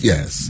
Yes